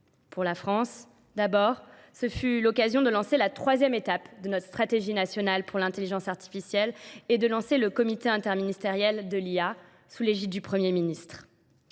Pour la France, d'abord, ce fut l'occasion de lancer la troisième étape de notre stratégie nationale pour l'intelligence artificielle et de lancer le comité interministériel de l'IA sous l'égide du Premier ministre.